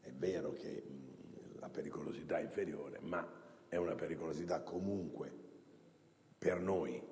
è vero che la pericolosità è inferiore ma, comunque, è una pericolosità per noi